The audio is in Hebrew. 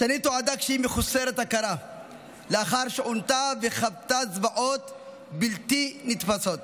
שני תועדה כשהיא מחוסרת הכרה לאחר שעונתה וחוותה זוועות בלתי נתפסות